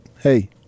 hey